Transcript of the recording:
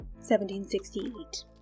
1768